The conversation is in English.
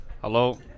Hello